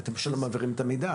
אתם פשוט לא מעבירים את המידע.